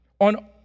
on